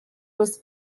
was